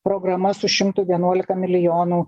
programa su šimtu vienuolika milijonų